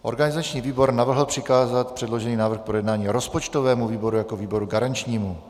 Organizační výbor navrhl přikázat předložený návrh k projednání rozpočtovému výboru jako výboru garančnímu.